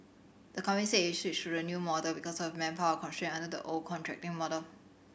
the company said it switched to the new model because of manpower constraints under the old contracting model